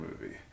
movie